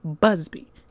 Busby